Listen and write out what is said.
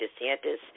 DeSantis